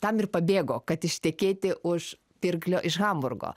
tam ir pabėgo kad ištekėti už pirklio iš hamburgo